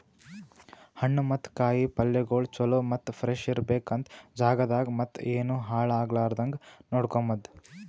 ಹಣ್ಣು ಮತ್ತ ಕಾಯಿ ಪಲ್ಯಗೊಳ್ ಚಲೋ ಮತ್ತ ಫ್ರೆಶ್ ಇರ್ಬೇಕು ಅಂತ್ ಜಾಗದಾಗ್ ಮತ್ತ ಏನು ಹಾಳ್ ಆಗಲಾರದಂಗ ನೋಡ್ಕೋಮದ್